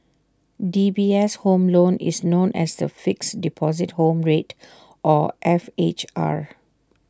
D B S home loan is known as the Fixed Deposit Home Rate or F H R